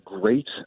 great